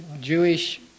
Jewish